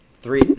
three